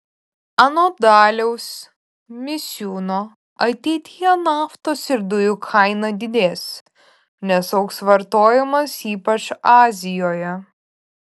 anot daliaus misiūno ateityje naftos ir dujų kaina didės nes augs vartojimas ypač azijoje